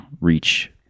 reach